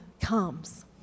comes